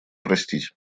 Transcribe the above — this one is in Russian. простить